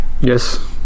yes